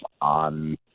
on